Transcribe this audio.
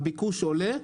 הביקוש עולה.